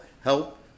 help